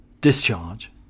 discharge